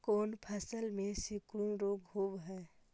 कोन फ़सल में सिकुड़न रोग होब है?